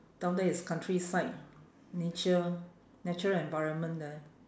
down there is countryside nature natural environment there